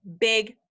Big